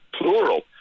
plural